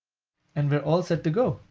and we're all set to go.